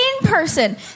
person